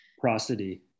Prosody